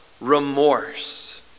remorse